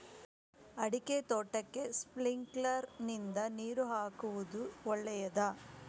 ಅಡಿಕೆ ತೋಟಕ್ಕೆ ಸ್ಪ್ರಿಂಕ್ಲರ್ ನಿಂದ ನೀರು ಹಾಕುವುದು ಒಳ್ಳೆಯದ?